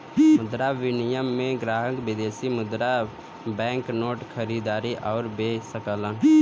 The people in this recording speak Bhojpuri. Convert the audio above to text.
मुद्रा विनिमय में ग्राहक विदेशी मुद्रा बैंक नोट खरीद आउर बे सकलन